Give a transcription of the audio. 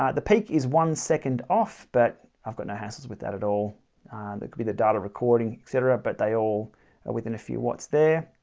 ah the peak is one second off, but i've got no hassles with that at all and that could be the data recording etc. but they all within a few watts there,